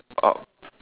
oh